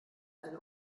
eine